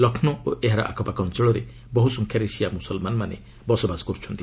ଲକ୍ଷ୍ରୌ ଓ ଏହାର ଆଖପାଖ ଅଞ୍ଚଳରେ ବହୁ ସଂଖ୍ୟାରେ ସିଆ ମୁସଲମାନମାନେ ବସବାସ କରୁଛନ୍ତି